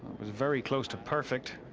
was very close to perfect.